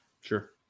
Sure